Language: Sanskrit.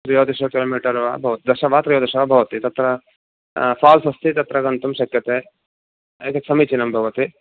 त्रयोदश किलोमीटर् वा भव दश वा त्रयोदश वा भवति तत्र फ़ाल्स् अस्ति तत्र गन्तुं शक्यते एतत् समीचीनं भवति